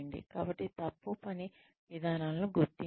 కాబట్టి తప్పు పని విధానాలను గుర్తించండి